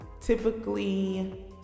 typically